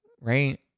right